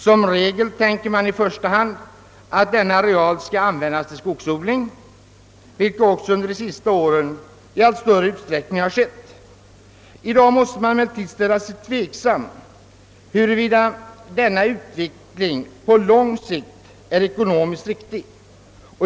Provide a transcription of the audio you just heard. Som regel tänker man sig i första hand att denna areal skall användas till skogsodling, vilket också under de senaste åren i stor utsträckning skett. I dag måste man emellertid ställa sig tveksam till huruvida denna utveckling på lång sikt är ekonomiskt riktig.